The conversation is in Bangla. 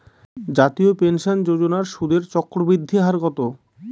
জাতীয় পেনশন যোজনার সুদের চক্রবৃদ্ধি হার কত?